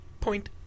Point